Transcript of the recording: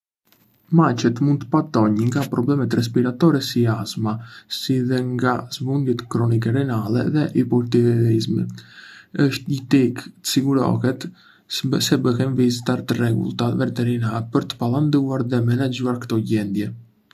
Macet mund të patônj nga problemet respiratore si astma, si dhe nga sëmundjet kronike renale dhe hipertiroidizmi. Është jetike të sigurohet se bëhen vizita të rregullta veterinare për të parandaluar dhe menaxhuar ktò gjendje.